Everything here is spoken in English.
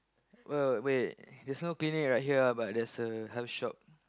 wait wait wait there's no clinic right here ah but there's a health shop